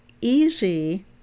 easy